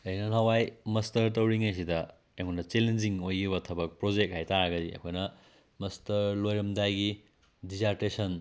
ꯑꯩꯅ ꯅꯍꯥꯟꯋꯥꯏ ꯃꯁꯇꯔ ꯇꯧꯔꯤꯉꯩꯁꯤꯗ ꯑꯩꯉꯣꯟꯗ ꯆꯦꯂꯦꯟꯖꯤꯡ ꯑꯣꯏꯈꯤꯕ ꯊꯕꯛ ꯄ꯭ꯔꯣꯖꯦꯛ ꯍꯥꯏꯇꯥꯔꯒꯗꯤ ꯑꯩꯈꯣꯏꯅ ꯃꯁꯇꯔ ꯂꯣꯏꯔꯝꯗꯥꯏꯒꯤ ꯗꯤꯖꯥꯔꯇꯦꯁꯟ